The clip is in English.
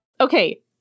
Okay